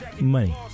money